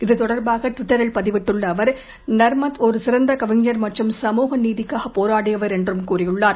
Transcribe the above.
இது தொடர்பாக ட்விட்டரில் பதிவிட்டுள்ள அவர் நர்மத் ஒர் சிறந்த கவிஞர் என்றும் சமுக நீதிக்காக போராடியவர் என்றும் கூறியுள்ளார்